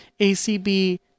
ACB